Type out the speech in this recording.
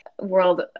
World